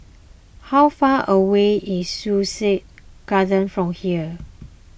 how far away is Sussex Garden from here